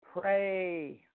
pray